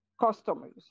Customers